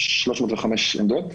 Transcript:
ו-305 עמדות.